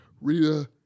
Rita